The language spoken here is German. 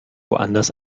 woanders